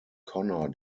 connor